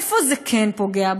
איפה זה כן פוגע?